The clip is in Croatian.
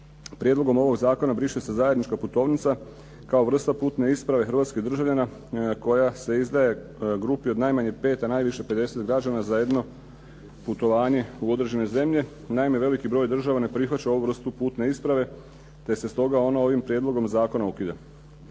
Prijedlogom ovoga zakona briše se zajednička putovnica kao vrsta putne isprave hrvatskih državljana koja se izdaje grupi od najmanje 5 a najviše 50 građana za jedno putovanje u određene zemlje. Naime veliki broj država ne prihvaća ovu vrstu putne isprave te se stoga ono ovim prijedlogom zakona ukida.